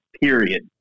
period